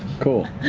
cool.